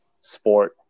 sport